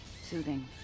Soothing